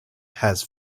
has